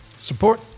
Support